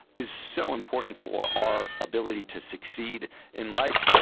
is so important for our ability to succeed in life.